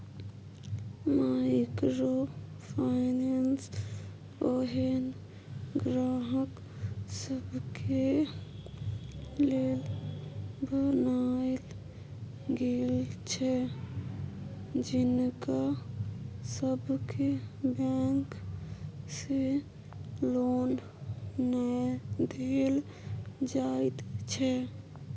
micro finance ओहेन ग्राहक सबके लेल बनायल गेल छै जिनका सबके बैंक से लोन नै देल जाइत छै